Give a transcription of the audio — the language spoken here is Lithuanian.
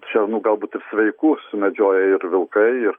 šernų galbūt ir sveikus sumedžioja ir vilkai ir